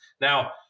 Now